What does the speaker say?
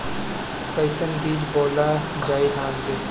कईसन बीज बोअल जाई धान के?